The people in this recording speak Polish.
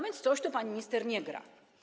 Więc coś tu, pani minister, nie gra.